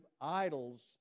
idols